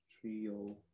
trio